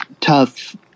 tough –